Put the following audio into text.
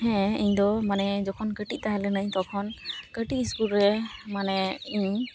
ᱦᱮᱸ ᱤᱧ ᱫᱚ ᱢᱟᱱᱮ ᱡᱚᱠᱷᱚᱱ ᱠᱟᱹᱴᱤᱡ ᱛᱟᱦᱮᱸ ᱞᱮᱱᱟᱧ ᱛᱚᱠᱷᱚᱱ ᱠᱟᱹᱴᱤᱡ ᱥᱠᱩᱞ ᱨᱮ ᱢᱟᱱᱮ ᱤᱧ